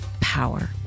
power